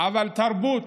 אבל תרבות